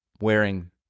wearing